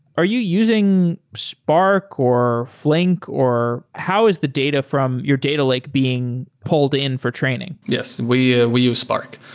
are you using spark, or flink, or how is the data from your data lake being pulled in for training? yes. we ah we use spark.